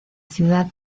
ciudad